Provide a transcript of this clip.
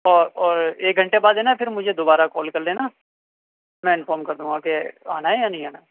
اور اور ایک گھنٹے بعد ہے نا پھر مجھے دوبارہ کال کر لینا میں انفارم کر دوں گا کہ آنا ہے یا نہیں آنا